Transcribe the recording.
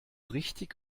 richtig